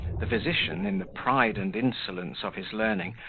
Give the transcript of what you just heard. the physician, in the pride and insolence of his learning,